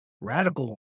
radical